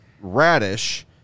Radish